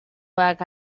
work